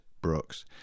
brooks